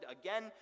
again